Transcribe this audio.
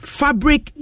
fabric